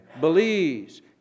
Belize